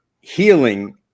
healing